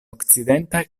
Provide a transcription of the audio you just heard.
okcidenta